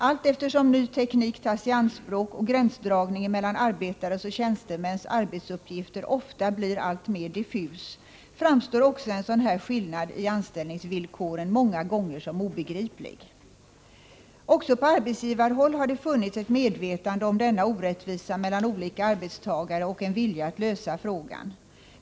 Allteftersom ny teknik tas i anspråk och gränsen mellan arbetares och tjänstemäns arbetsuppgifter ofta blir alltmer diffus, framstår också en sådan här skillnad i anställningsvillkoren många gånger som obegriplig. Också på arbetsgivarhåll har det funnits ett medvetande om denna orättvisa mellan olika arbetstagare och en vilja att lösa frågan.